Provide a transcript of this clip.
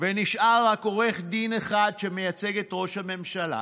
ונשאר רק עורך דין אחד שמייצג את ראש הממשלה,